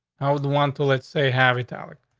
i would want to let's say, have italic.